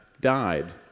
died